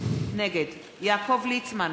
נגד יעקב ליצמן,